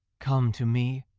come to me,